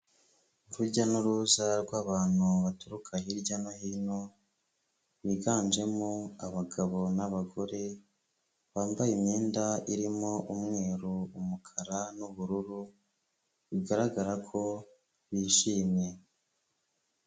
Urujya n'uruza rw'abantu baturuka hirya no hino, biganjemo abagabo n'abagore, bambaye imyenda irimo umweru, umukara, n'ubururu, bigaragara ko bishimye.